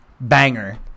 Banger